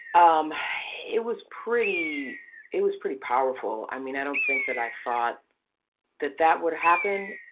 um it was pretty it was pretty powerful. i mean, i don't think that i thought that that would happen,